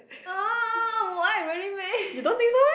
!huh! why really meh